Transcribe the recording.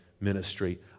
ministry